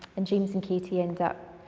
and james and katie end up